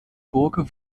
burg